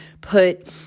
put